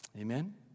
Amen